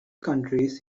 countries